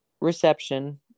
reception